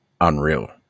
unreal